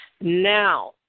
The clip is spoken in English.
Now